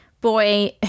boy